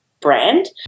brand